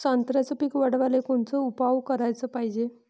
संत्र्याचं पीक वाढवाले कोनचे उपाव कराच पायजे?